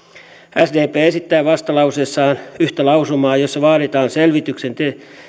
sdp esittää vastalauseessaan yhtä lausumaa jossa vaaditaan selvityksen